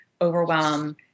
overwhelm